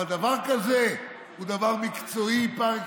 אבל דבר כזה הוא דבר מקצועי פר אקסלנס.